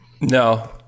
No